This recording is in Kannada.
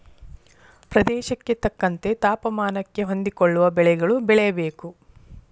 ಪ್ರದೇಶಕ್ಕೆ ತಕ್ಕಂತೆ ತಾಪಮಾನಕ್ಕೆ ಹೊಂದಿಕೊಳ್ಳುವ ಬೆಳೆಗಳು ಬೆಳೆಯಬೇಕು